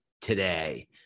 today